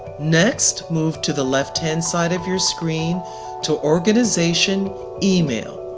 next, move to the left-hand side of your screen to organization email,